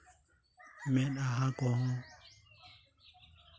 ᱢᱮᱸᱫᱦᱟ ᱠᱚᱦᱚᱸ